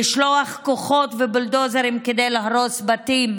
לשלוח כוחות ובולדוזרים כדי להרוס בתים